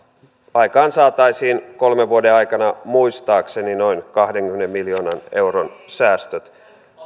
aikaansaataisiin kolmen vuoden aikana muistaakseni noin kahdenkymmenen miljoonan euron säästöt